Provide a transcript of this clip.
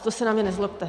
To se na mě nezlobte.